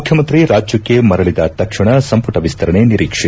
ಮುಖ್ಯಮಂತ್ರಿ ರಾಜ್ಯಕ್ಷೆ ಮರಳಿದ ತಕ್ಷಣ ಸಂಪುಟ ವಿಸ್ತರಣೆ ನಿರೀಕ್ಸೆ